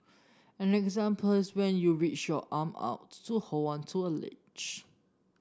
an example is when you reach your arm out to hold onto a ledge